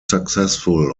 successful